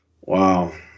Wow